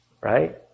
right